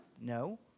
No